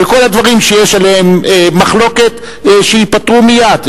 וכל הדברים שיש עליהם מחלוקת שייפתרו מייד,